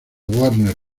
warner